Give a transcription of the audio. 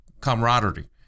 camaraderie